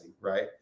right